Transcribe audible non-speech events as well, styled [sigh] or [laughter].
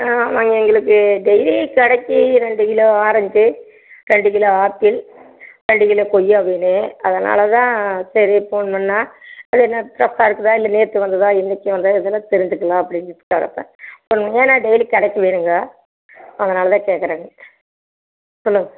ஆ ஆமாம்ங்க எங்குளுக்கு டெய்லி கடைக்கி ரெண்டு கிலோ ஆரெஞ்சி ரெண்டு கிலோ ஆப்பிள் ரெண்டு கிலோ கொய்யா வேணும் அதனால்தான் சரி ஃபோன் பண்ணா அது என்ன ஃப்ரெஷாக இருக்குதா இல்லை நேற்று வந்ததா இன்னக்கு வந்தது இதுலாம் தெரிஞ்சிக்கலாம் அப்படிங்கறதுக்காகதான் [unintelligible] டெய்லி கடைக்கி வேணுங்களா அதனால்தான் கேட்கறங்கு சொல்லுங்க